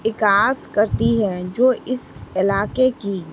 across کرتی ہے جو اس علاقے کی